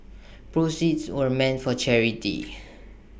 proceeds were meant for charity